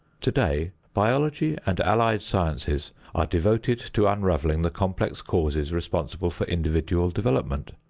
today, biology and allied sciences are devoted to unraveling the complex causes responsible for individual development.